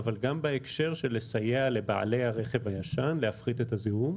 אבל גם בהקשר של לסייע לבעלי הרכב הישן להפחית את הזיהום.